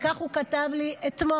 וכך הוא כתב לי אתמול: